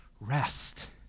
rest